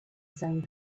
same